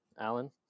Alan